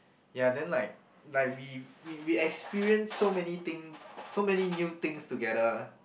ya then like like we we we experience so many things so many new things together